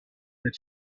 that